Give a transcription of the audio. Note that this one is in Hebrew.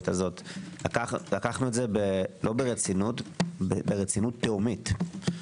לקחנו את זה לא ברצינות אלא ברצינות תהומית,